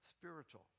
spiritual